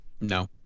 No